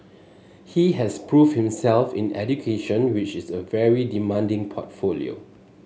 he has proved himself in education which is a very demanding portfolio